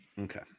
Okay